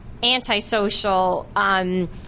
Antisocial